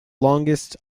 longest